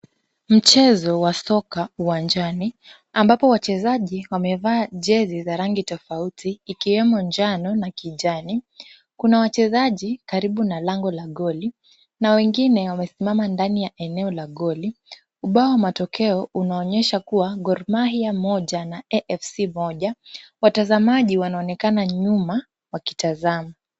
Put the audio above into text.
Mchezo wa soka uwanjani, ambapo wachezaji wamevaa jezi za rangi tofauti ikiwemo njano na kijani. Kuna wachezaji karibu na lango la goli . Na wengine wamesimama ndani ya eneo la goli . Ubao wa matokeo unaonyesha kuwa Gor Mahia ya moja na AFC moja watazamaji wanaonekana nyuma wakitazama.